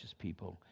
people